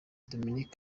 dominic